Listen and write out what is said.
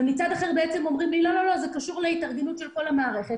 ומצד אחר אומרים שזה בעצם קשור להתארגנות לכל המערכת